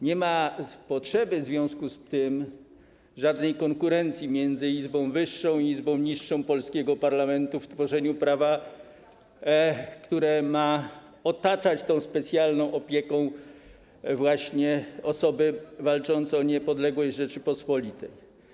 Nie ma potrzeby w związku z tym żadnej konkurencji między izbą wyższą i izbą niższą polskiego parlamentu w tworzeniu prawa, które ma otaczać specjalną opieką właśnie osoby walczące o niepodległość Rzeczypospolitej.